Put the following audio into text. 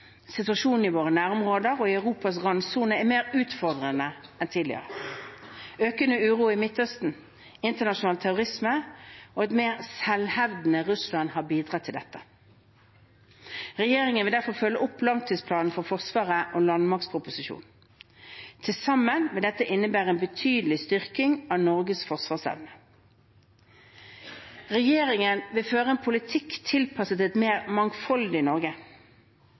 Situasjonen i våre nærområder og i Europas randsone er mer utfordrende enn tidligere. Økende uro i Midtøsten, internasjonal terrorisme og et mer selvhevdende Russland har bidratt til dette. Regjeringen vil derfor følge opp langtidsplanen for Forsvaret og landmaktproposisjonen. Til sammen vil dette innebære en betydelig styrking av Norges forsvarsevne. Regjeringen vil føre en politikk tilpasset et mer mangfoldig Norge.